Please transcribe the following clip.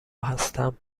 هستم